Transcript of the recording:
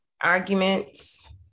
arguments